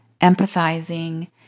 empathizing